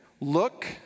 Look